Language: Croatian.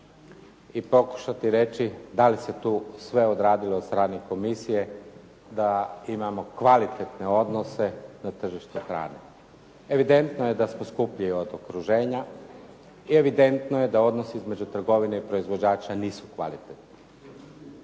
i pokušati reći da li se tu sve odradilo od strane komisije da imamo kvalitetne odnose na tržištu hrane. Evidentno je da smo skuplji od okruženja i evidentno je da odnos između trgovine i proizvođača nisu kvalitetni.